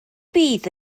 fydd